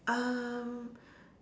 um